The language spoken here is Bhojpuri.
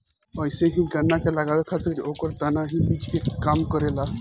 अइसे ही गन्ना के लगावे खातिर ओकर तना ही बीज के काम करेला